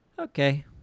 okay